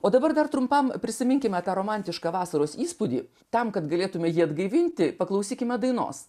o dabar dar trumpam prisiminkime tą romantišką vasaros įspūdį tam kad galėtumėme jį atgaivinti paklausykime dainos